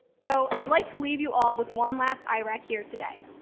so i'd like to leave you all with one last irac here today.